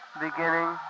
beginning